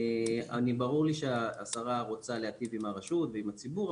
ברור לי שהשרה רוצה להיטיב עם הרשות ועם הציבור,